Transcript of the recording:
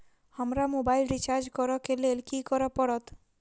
हमरा mobile recharge करऽ केँ लेल की करऽ पड़त?